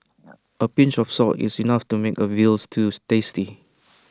A pinch of salt is enough to make A Veal Stew tasty